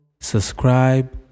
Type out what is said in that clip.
subscribe